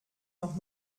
noch